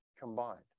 combined